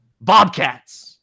Bobcats